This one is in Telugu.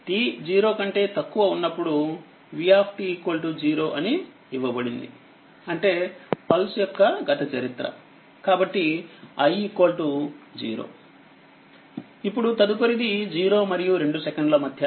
t 0 కంటే తక్కువఉన్నప్పుడు v 0 అని ఇవ్వబడింది అంటే పల్స్ యొక్క గత చరిత్ర కాబట్టిi0 ఇప్పుడుతదుపరిది 0మరియు2 సెకండ్ల మధ్య